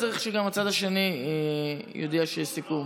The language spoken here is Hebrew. כשאתה אומר שיש סיכום צריך שגם הצד השני יודיע שיש סיכום.